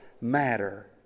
matter